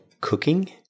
cooking